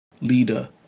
leader